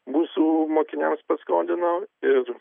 mūsų mokiniams paskolino ir